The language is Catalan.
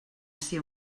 ser